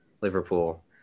Liverpool